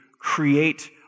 create